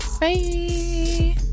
Bye